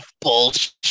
bullshit